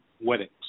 weddings